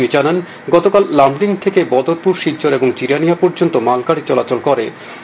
তিনি জানান গতকাল লামডিং থেকে বদরপুর শিলচর এবং জিরানিয়া পর্যন্ত মালগাডি চলাচল করেছে